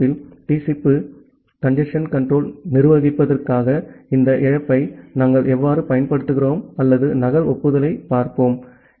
அடுத்த வகுப்பில் நகல் ஒப்புதலைப் பார்ப்போம் அல்லது TCP கஞ்சசேன் கட்டுப்பாட்டை நிர்வகிப்பதற்காக இந்த இழப்பை நாம் எவ்வாறு பயன்படுத்துகிறோம்